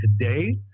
today